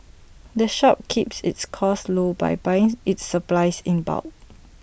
the shop keeps its costs low by buying its supplies in bulk